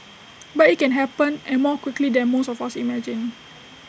but IT can happen and more quickly than most of us imagine